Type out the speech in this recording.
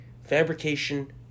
fabrication